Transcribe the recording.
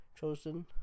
chosen